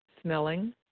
smelling